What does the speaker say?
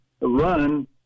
run